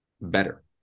better